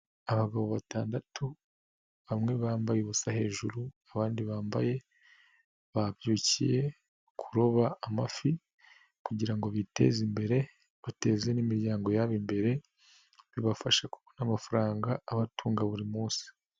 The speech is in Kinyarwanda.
Abagabo batandatu bamwe bambaye ubusa hejuru abandi bambaye, babyukiye kuroba amafi kugirango biteze imbere, bateze n'imiryango yabo imbere, bibafashe kubona amafaranga abatunga buri munsi.